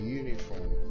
uniform